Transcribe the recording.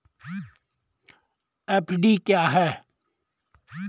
FD क्या है?